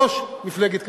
ראש מפלגת קדימה.